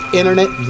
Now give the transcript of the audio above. internet